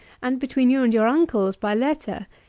and between you and your uncles by letter,